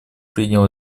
принял